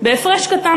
בהפרש קטן.